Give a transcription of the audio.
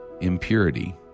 impurity